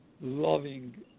loving